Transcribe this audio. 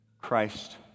Christ